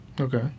Okay